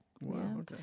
Wow